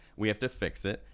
we have to fix it,